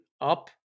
up